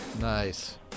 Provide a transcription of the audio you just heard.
Nice